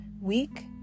week